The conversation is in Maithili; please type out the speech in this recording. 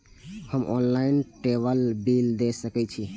हम ऑनलाईनटेबल बील दे सके छी?